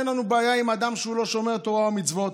אין לנו בעיה עם אדם שהוא לא שומר תורה ומצוות.